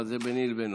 אבל זה ביני לבינו.